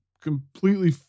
completely